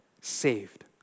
saved